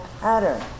pattern